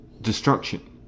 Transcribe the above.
destruction